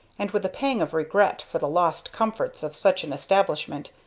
and, with a pang of regret for the lost comforts of such an establishment,